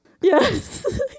yes